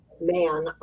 man